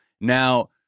now